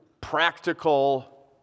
practical